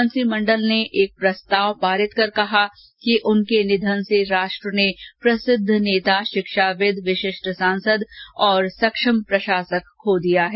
मंत्रिमंडल ने एक प्रस्ताव पारित कर कहा कि उनके निधन से राष्ट्र ने प्रसिद्ध नेता शिक्षाविद विशिष्ट सांसद और सक्षम प्रशासक खो दिया है